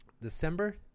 December